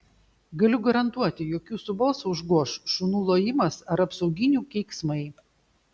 galiu garantuoti jog jūsų balsą užgoš šunų lojimas ar apsauginių keiksmai